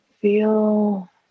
Feel